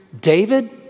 David